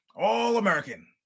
All-American